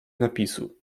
napisu